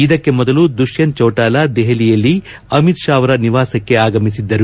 ಇದಕ್ಕೆ ಮೊದಲು ದುಷ್ಟಂತ್ ಚೌಟಾಲ ದೆಹಲಿಯಲ್ಲಿ ಅಮಿತ್ ಶಾ ಅವರ ನಿವಾಸಕ್ಕೆ ಆಗಮಿಸಿದ್ದರು